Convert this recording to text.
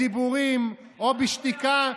בדיבורים או בשתיקה,